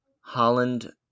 Holland